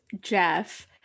Jeff